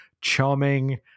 charming